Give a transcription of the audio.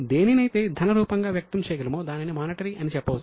దేనినైతే ధన రూపం గా వ్యక్తం చేయగలమో దానిని మానిటరీ అని చెప్పవచ్చు